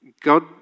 God